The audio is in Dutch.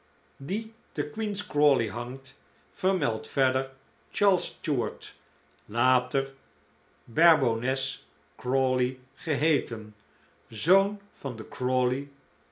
die te queen's crawley hangt vermeldt verder charles stuart later barebones crawley geheeten zoon van den